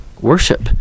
worship